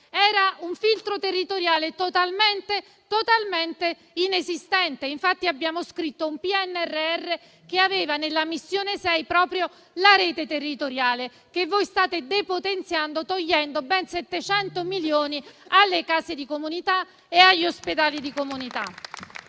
e un filtro territoriale totalmente inesistente. Infatti abbiamo scritto un PNRR che aveva, nella Missione 6, proprio la rete territoriale che voi state depotenziando, togliendo ben 700 milioni alle case di comunità e agli ospedali di comunità.